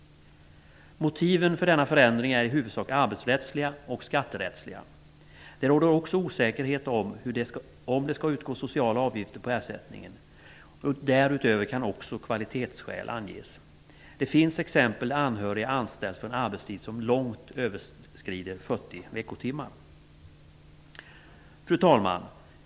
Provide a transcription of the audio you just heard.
Motiven för denna förändring är i huvudsak arbetsrättsliga och skatterättsliga. Det råder också osäkerhet i frågan, om det ska utgå sociala avgifter på ersättningen. Därutöver kan också kvalitetsskäl anges. Det finns exempel där anhöriga anställts för en arbetstid som långt överskrider 40 veckotimmar. Fru talman!